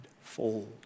fold